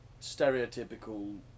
stereotypical